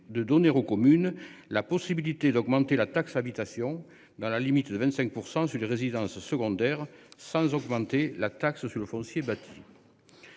de donner aux communes la possibilité d'augmenter la taxe habitation dans la limite de 25% sur les résidences secondaires sans augmenter la taxe sur le foncier bâti.